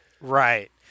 Right